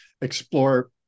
explore